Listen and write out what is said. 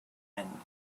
end